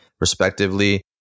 respectively